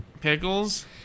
Pickles